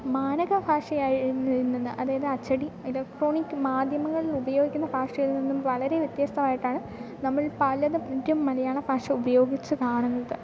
മാനക ഭാഷയിൽ നിന്ന് അതായത് അച്ചടി ഇലക്ട്രോണിക് മാധ്യമങ്ങളിൽ ഉപയോഗിക്കുന്ന ഭാഷയിൽ നിന്നും വളരെ വ്യത്യസ്തമായിട്ടാണ് നമ്മൾ പലതും മറ്റും മലയാള ഭാഷ ഉപയോഗിച്ചു കാണുന്നത്